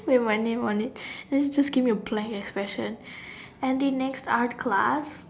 with my name of it then he just give me a plain expression and the next art class